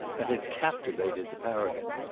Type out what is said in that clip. and had captivated the paragon.